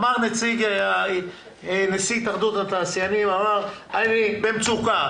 אמר נשיא התאחדות התעשיינים שהוא במצוקה.